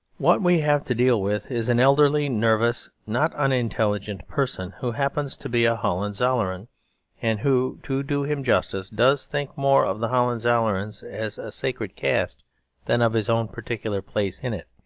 what we have to deal with is an elderly, nervous, not unintelligent person who happens to be a hohenzollern and who, to do him justice, does think more of the hohenzollerns as a sacred caste than of his own particular place in it.